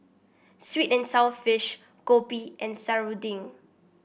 sweet and sour fish Kopi and Serunding